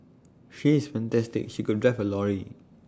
she is fantastic she could drive A lorry